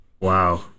Wow